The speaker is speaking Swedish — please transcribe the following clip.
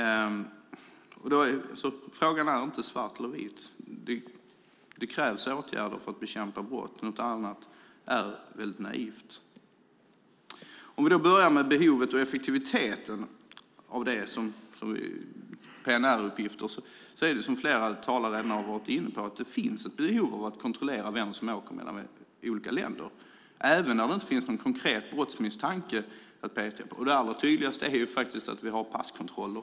Det är inte fråga om svart eller vitt, utan det krävs åtgärder för att bekämpa brott. Något annat är väldigt naivt. För att börja med behovet och effektiviteten av PNR-uppgifter finns det, som flera av talarna redan varit inne på, ett behov av att kontrollera människor som åker mellan olika länder även om det inte finns någon konkret brottsmisstanke. Det allra tydligaste är att vi har passkontroller.